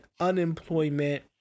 unemployment